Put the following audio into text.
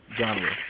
genre